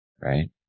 right